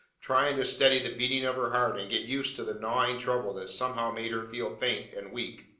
trying to steady the beating of her heart and get used to the gnawing trouble that somehow made her feel faint and weak.